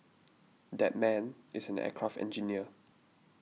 that man is an aircraft engineer